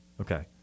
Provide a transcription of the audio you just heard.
Okay